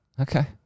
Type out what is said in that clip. Okay